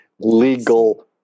legal